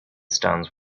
stones